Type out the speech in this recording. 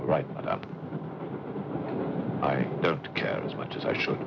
right up i don't care as much as i should